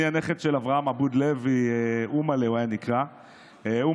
אני הנכד של אברהם עבוד לוי, שנקרא אומלה.